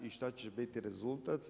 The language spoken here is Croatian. I šta će biti rezultat?